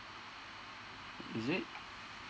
is it